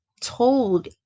told